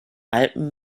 alpen